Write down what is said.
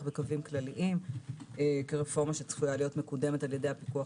בקווים כלליים כרפורמה שצפויה להיות מקודמת על ידי הפיקוח